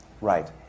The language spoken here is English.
Right